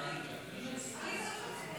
אושרה בקריאה ראשונה